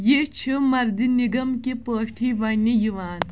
یہِ چھُ مَردِنِگَم کِہ پٲٹھی وَنہِ یِوان